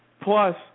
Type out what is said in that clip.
plus